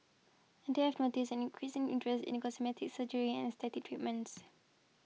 and they have noticed an increasing interest in cosmetic surgery and aesthetic treatments